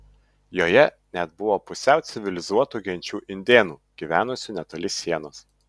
joje net buvo pusiau civilizuotų genčių indėnų gyvenusių netoli sienos